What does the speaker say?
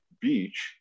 beach